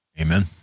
Amen